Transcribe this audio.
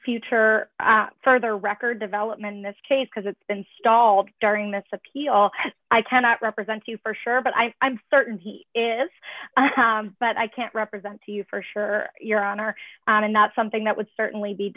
future or further record development in this case because it's been stalled during this appeal i cannot represent you for sure but i am certain he is but i can't represent to you for sure your honor and that's something that would certainly be